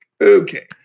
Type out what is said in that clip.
Okay